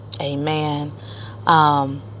Amen